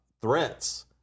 threats